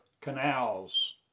canals